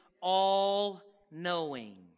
all-knowing